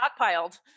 stockpiled